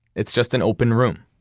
it's just an open room.